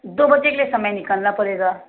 दो बजे के लिए समय निकालना पड़ेगा